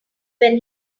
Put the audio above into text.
when